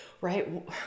right